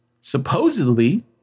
supposedly